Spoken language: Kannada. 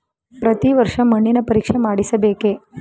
ಪ್ರತಿ ವರ್ಷ ಮಣ್ಣಿನ ಪರೀಕ್ಷೆ ಮಾಡಿಸಬೇಕೇ?